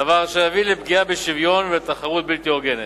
דבר אשר יביא לפגיעה בשוויון ולתחרות בלתי הוגנת.